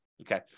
Okay